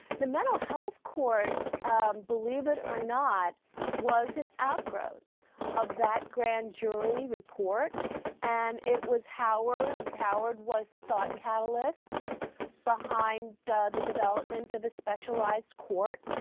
the mental health court believe it or not was an outgrowth of that grand jury report and it was howard, howard was the thought catalyst behind the development of the specialized court,